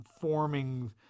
forming